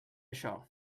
això